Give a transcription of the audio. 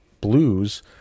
Blues